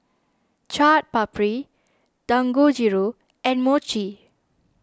Chaat Papri Dangojiru and Mochi